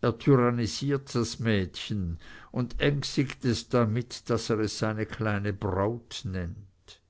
er tyrannisiert das mädchen und ängstigt es damit daß er es seine kleine braut nennt